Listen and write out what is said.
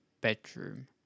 Bedroom